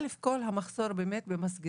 א' כל, המחסור במסגרות